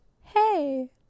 Hey